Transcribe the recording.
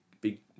big